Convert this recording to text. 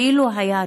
כאילו היה טישיו.